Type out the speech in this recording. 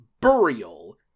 Burial